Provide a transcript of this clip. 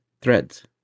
Threads